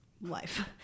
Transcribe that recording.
life